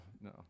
no